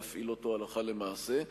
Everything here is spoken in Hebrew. להפעיל אותו הלכה למעשה.